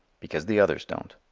because the others don't.